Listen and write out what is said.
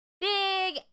big